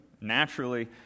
naturally